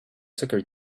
soccer